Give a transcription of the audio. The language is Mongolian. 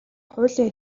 хуулийн